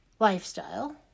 lifestyle